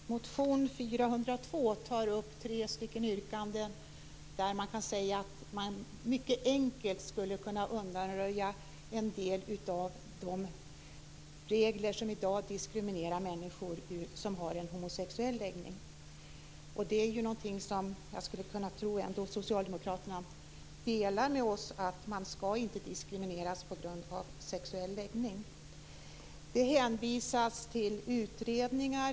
Herr talman! Motion 402 tar upp tre yrkanden där man kan säga att man mycket enkelt skulle kunna undanröja en del av de regler som i dag diskriminerar människor som har en homosexuell läggning. Det är ju en uppfattning som jag skulle kunna tro att socialdemokraterna ändå delar med oss. Man skall inte diskrimineras på grund av sexuell läggning. Det hänvisas till utredningar.